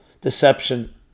deception